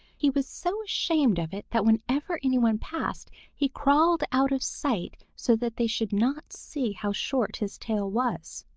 he was so ashamed of it that whenever anyone passed, he crawled out of sight so that they should not see how short his tail was.